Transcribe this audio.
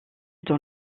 dans